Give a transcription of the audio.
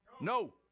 No